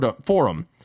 Forum